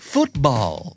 Football